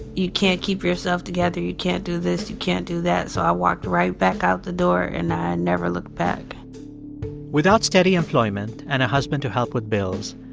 you can't keep yourself together. you can't do this. you can't do that. so i walked right back out the door, and i never looked back without steady employment and a husband to help with bills,